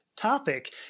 Topic